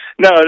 No